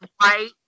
white